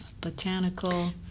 botanical